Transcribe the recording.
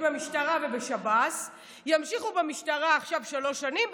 במשטרה ובשב"ס ימשיכו במשטרה שלוש שנים,